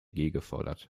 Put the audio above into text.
gefordert